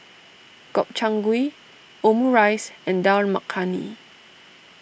Gobchang Gui Omurice and Dal Makhani